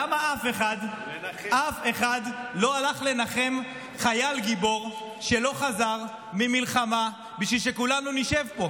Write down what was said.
למה אף אחד לא הלך לנחם חייל גיבור שלא חזר ממלחמה כדי שכולנו נשב פה?